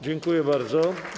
Dziękuję bardzo.